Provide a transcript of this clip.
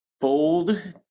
Bold